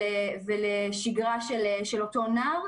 ולשגרה של אותו נער.